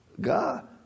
God